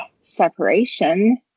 separation